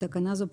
בתקנה זו,